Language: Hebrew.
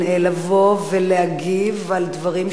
רבניים (קיום פסקי-דין של גירושין) (תיקון,